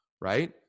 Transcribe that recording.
right